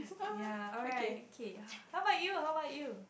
ya alright okay how about you how about you